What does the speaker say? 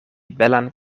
belan